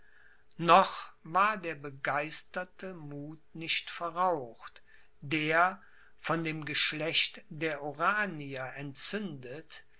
noch war der begeisterte muth nicht verraucht der von dem geschlecht der oranier entzündet